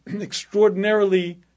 extraordinarily